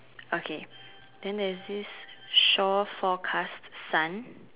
okay then there's this shore forecast sun